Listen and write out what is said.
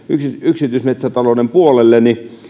yksityismetsätalouden puolelle